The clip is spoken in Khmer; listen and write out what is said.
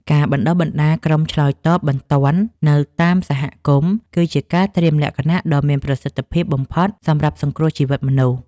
ការបណ្តុះបណ្តាលក្រុមឆ្លើយតបបន្ទាន់នៅតាមសហគមន៍ គឺជាការត្រៀមលក្ខណៈដ៏មានប្រសិទ្ធភាពបំផុតសម្រាប់សង្គ្រោះជីវិតមនុស្ស។